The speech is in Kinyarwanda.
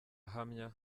ahamya